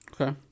Okay